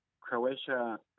Croatia